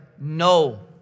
no